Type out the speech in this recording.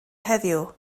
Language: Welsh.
heddiw